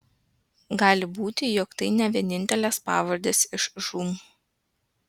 gali būti jog tai ne vienintelės pavardės iš žūm